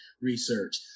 research